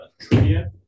trivia